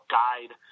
guide